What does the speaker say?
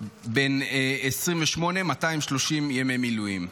בן 28, 230 ימי מילואים.